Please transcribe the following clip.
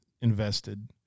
invested